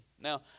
Now